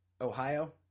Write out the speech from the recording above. Ohio